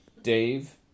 Dave